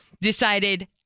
decided